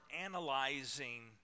analyzing